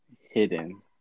hidden